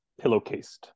pillowcased